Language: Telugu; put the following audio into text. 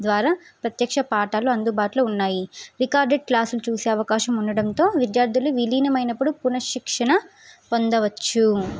ద్వారా ప్రత్యక్ష పాఠాలు అందుబాటులో ఉన్నాయి రికార్డెడ్ క్లాసులు చూసే అవకాశం ఉండడంతో విద్యార్థులు విలీనమైనప్పుడు పునఃశిక్షణ పొందవచ్చు